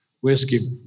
whiskey